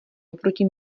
oproti